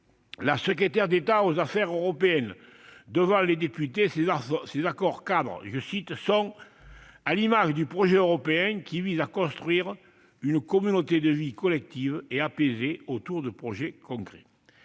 la secrétaire d'État aux affaires européennes devant les députés, ces accords-cadres « sont à l'image du projet européen, qui vise à construire une communauté de vie collective et apaisée autour de projets concrets ».